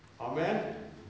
Amen